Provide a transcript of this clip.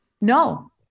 no